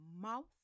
mouth